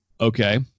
Okay